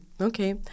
okay